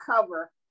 cover